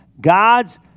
God's